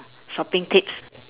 shopping tips